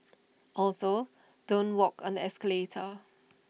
also don't walk on the escalator